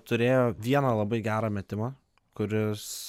turėjo vieną labai gerą metimą kuris